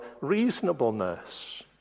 reasonableness